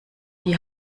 die